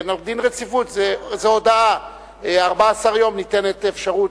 דין רציפות, זו הודעה, 14 יום ניתנת אפשרות.